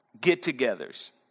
get-togethers